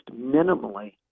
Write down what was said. minimally